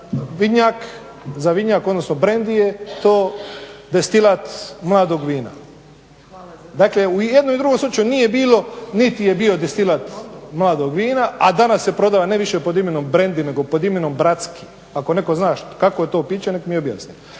a za vinjak odnosno brandy je to destilat mladog vina. Dakle i u jednom i u drugom slučaju nije bilo niti je bio destilat mladog vina, a danas se prodava ne više pod imenom Brandy nego pod imenom bratski. Ako netko zna kakvo je to piće nek' mi objasni.